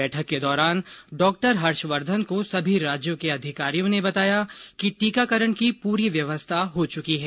बैठक के दौरान डॉ हर्षवर्धन को सभी राज्यों के अधिकारियों ने बताया कि टीकाकरण की पूरी व्यवस्था हो चुकी है